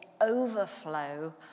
overflow